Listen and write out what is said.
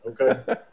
okay